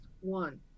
one